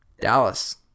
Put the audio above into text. Dallas